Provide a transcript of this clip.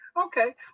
Okay